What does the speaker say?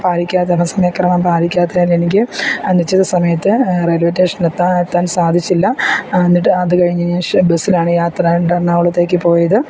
പാലിക്കാത്ത സമയക്രമം പാലിക്കാത്തതിലെനിക്ക് നിശ്ചിതസമയത്ത് റെയിൽവേ സ്റ്റേഷൻ എത്താൻ എത്താൻ സാധിച്ചില്ല എന്നിട്ട് അത് കഴിഞ്ഞ ശേഷം ബസ്സിലാണ് യാത്ര ഇണ്ട് എറണാകുളത്തേക്ക് പോയത്